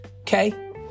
Okay